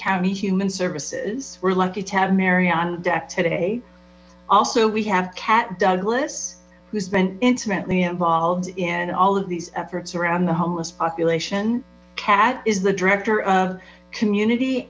county human services we're lucky to have mary on deck today also we have kat douglas who's been intimately involved in all of these efforts around the homeless population kat is the director of community